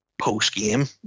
post-game